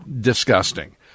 disgusting